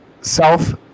self